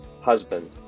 husband